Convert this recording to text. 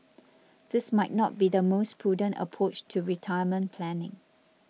this might not be the most prudent approach to retirement planning